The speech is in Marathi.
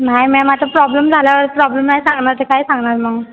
नाही मॅम आता प्रॉब्लेम झाल्यावर प्रॉब्लेम नाही सांगणार नाही तर काय सांगणार मग